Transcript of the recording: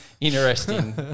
interesting